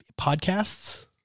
podcasts